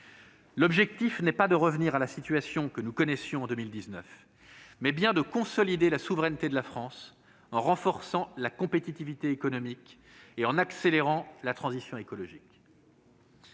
L'objectif n'est pas de revenir à la situation que nous connaissions en 2019, mais bien de consolider la souveraineté de la France en renforçant la compétitivité économique et en accélérant la transition écologique.